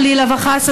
חלילה וחס,